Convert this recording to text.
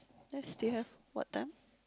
yes still have what time